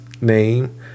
name